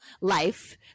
life